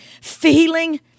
feeling